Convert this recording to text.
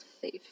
safe